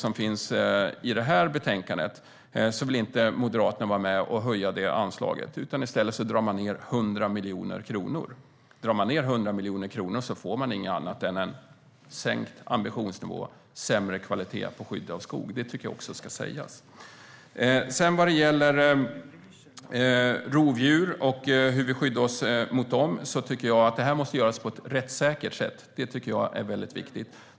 Moderaterna vill inte vara med och höja detta anslag. I stället drar de ned med 100 miljoner kronor. Om man drar ned med så mycket får man inget annat än en sänkt ambitionsnivå och sämre kvalitet på skyddet av skog. Det tycker jag ska sägas. Vad gäller rovdjur och hur vi skyddar oss mot dem måste det göras på ett rättssäkert sätt. Det tycker jag är viktigt.